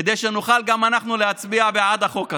כדי שנוכל גם אנחנו להצביע בעד החוק הזה.